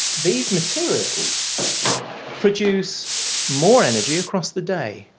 these materials produce more energy across the day.